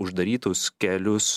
uždarytus kelius